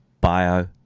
bio